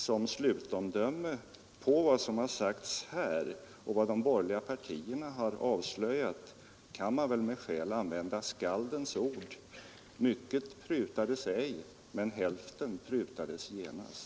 Som slutomdöme på vad vad som här sagts och på vad de borgerliga partierna avslöjat kan man väl med skäl använda skaldens ord: Mycket prutades ej men hälften prutades genast.